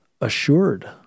assured